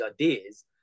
ideas